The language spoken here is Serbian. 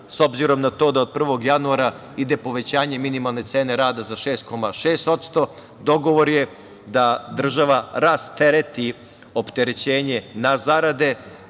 obzirom na to da od 1. januara ide povećanje minimalne cene rada za 6,6%, dogovor je da država rastereti opterećenje na zarade